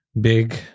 big